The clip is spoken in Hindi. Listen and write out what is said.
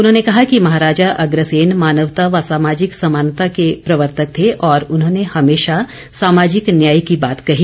उन्होंने कहा कि महाराजा अग्रसेन मानवता व सामाजिक समानता के प्रवर्तक थे और उन्होंने हमेशा सामाजिक न्याय की बात कही